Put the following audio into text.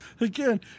Again